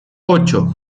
ocho